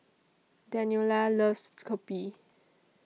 Daniela loves Kopi